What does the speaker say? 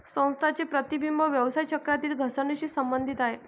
संस्थांचे प्रतिबिंब व्यवसाय चक्रातील घसरणीशी संबंधित आहे